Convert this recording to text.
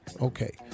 Okay